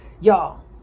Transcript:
y'all